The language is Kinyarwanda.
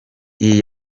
iyi